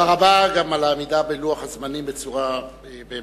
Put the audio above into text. תודה רבה, גם על העמידה בלוח הזמנים בצורה מדויקת.